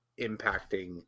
impacting